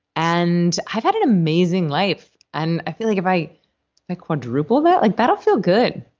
and i've had an amazing life, and i feel like if i i quadruple that, like that'll feel good.